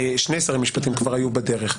שני שרי משפטים כבר היו בדרך.